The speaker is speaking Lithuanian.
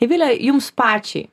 eivile jums pačiai